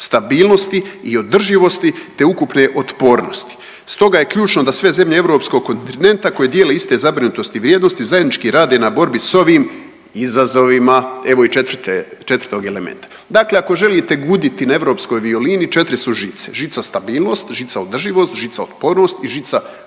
stabilnosti i održivosti te ukupne otpornosti. Stoga je ključno da sve zemlje europskog kontinenta koje dijele iste zabrinutosti i vrijednosti zajednički rade na borbi s ovim izazovima. Evo i četvrte, četvrtog elementa. Dakle, ako želite guditi na europskoj violini četiri su žice. Žica stabilnost, žica održivost, žica otpornost i žica o